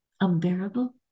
unbearable